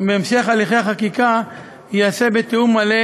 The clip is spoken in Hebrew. והמשך הליכי החקיקה ייעשו בתיאום מלא,